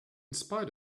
spite